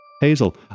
Hazel